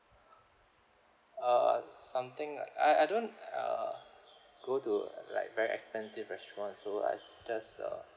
uh something I I don't uh go to like very expensive restaurant so like just a